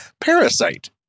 Parasite